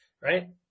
right